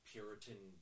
Puritan